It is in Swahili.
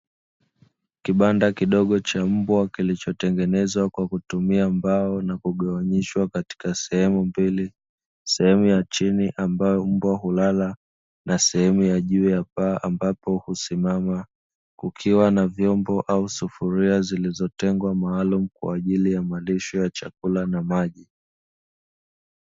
Kibanda kidogo cha mbwa kilichotengenezwa kwa kutumia mbao na kugawanyishwa katika sehemu mbili; sehemu ya chini ambayo mbwa hulala na sehemu ya juu ya paa ambapo husimama, kukiwa na vyombo au sufuria zilizotengwa maalumu kwa ajili ya malisho ya chakula na maji.